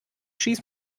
schieß